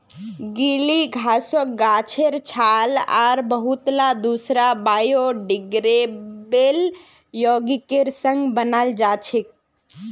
गीली घासक गाछेर छाल आर बहुतला दूसरा बायोडिग्रेडेबल यौगिकेर संग बनाल जा छेक